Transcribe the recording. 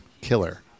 killer